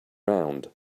round